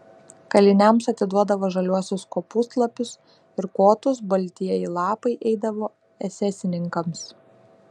kaliniams atiduodavo žaliuosius kopūstlapius ir kotus baltieji lapai eidavo esesininkams